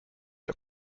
der